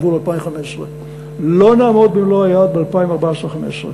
גבול 2015. לא נעמוד במלוא היעד ב-2014 2015,